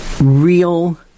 real